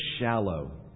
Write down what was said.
shallow